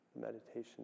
meditation